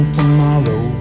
tomorrow